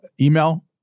Email